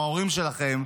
או ההורים שלכם,